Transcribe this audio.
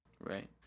Right